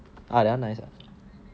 uh that [one] nice ah